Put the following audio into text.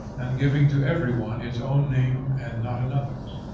and giving to every one its own name and not another's,